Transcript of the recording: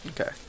okay